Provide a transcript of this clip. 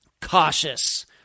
cautious